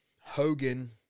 Hogan